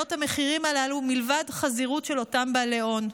המחירים הללו מלבד חזירות של אותם בעלי הון.